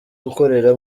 gukorera